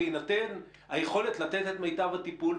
בהינתן היכולת לתת את מיטב הטיפול.